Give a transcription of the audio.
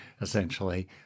essentially